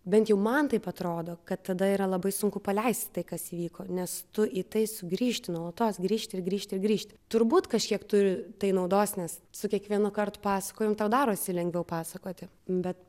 bent jau man taip atrodo kad tada yra labai sunku paleisti tai kas įvyko nes tu į tai sugrįžti nuolatos grįžti ir grįžti ir grįžti turbūt kažkiek turi tai naudos nes su kiekvienu kartu pasakojant tau darosi lengviau pasakoti bet